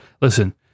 Listen